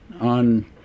on